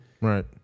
Right